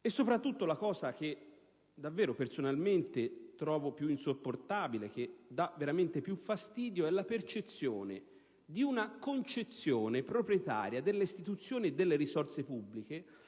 E soprattutto, la cosa che davvero personalmente trovo più insopportabile e che dà veramente più fastidio è la percezione di una concezione proprietaria delle istituzioni e delle risorse pubbliche, intese